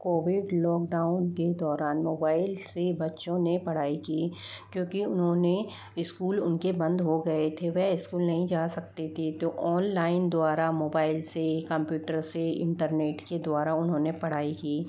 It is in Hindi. कोविड लॉकडाउन के दौरान मोबाइल से बच्चों ने पढ़ाई की क्योंकि उन्होंने स्कूल उनके बंद हो गये थे वह स्कूल नहीं जा सकते थे तो ऑनलाइन द्वारा मोबाइल से कंप्यूटर से इंटरनेट के द्वारा उन्होंने पढ़ाई की